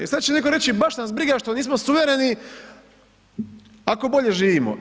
E sada će neko reći baš nas briga što nismo suvereni ako bolje živimo.